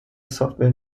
software